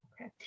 okay